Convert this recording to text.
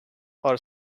our